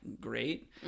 great